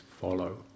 follow